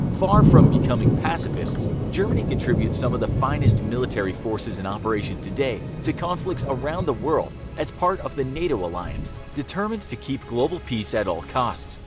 far from becoming pacifists, germany contributes some of the finest military forces in operation today to conflicts around the world as part of the nato alliance, determined to keep global peace at all costs.